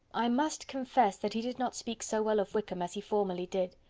i must confess that he did not speak so well of wickham as he formerly did.